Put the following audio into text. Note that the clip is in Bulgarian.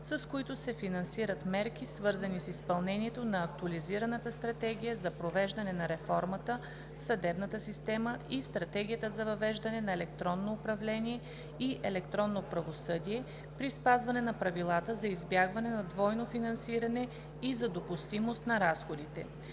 с които се финансират мерки, свързани с изпълнението на Актуализираната стратегия за провеждане на реформата в съдебната система и Стратегията за въвеждане на електронно управление и електронно правосъдие, при спазване на правилата за избягване на двойно финансиране и за допустимост на разходите.